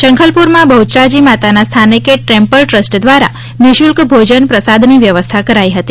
શંખલપુરમાં બહ્યરાજી માતાના સ્થાનકે ટેમ્પલ ટ્રસ્ટ દ્વારા નિઃશુલ્ક ભોજન પ્રસાદની વ્યવસ્થા કરાઇ હતી